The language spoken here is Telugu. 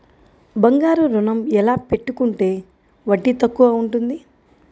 బంగారు ఋణం ఎలా పెట్టుకుంటే వడ్డీ తక్కువ ఉంటుంది?